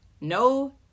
no